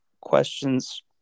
questions